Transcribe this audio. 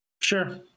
Sure